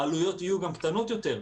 העלויות יהיו גם קטנות יותר.